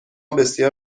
بسیار